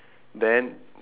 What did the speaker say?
then